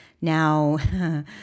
Now